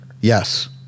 Yes